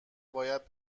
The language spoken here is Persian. باید